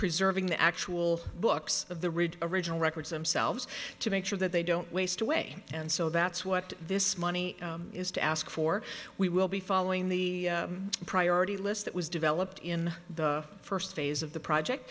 preserving the actual books of the ridge original records themselves to make sure that they don't waste away and so that's what this money is to ask for we will be following the priority list that was developed in the first phase of the project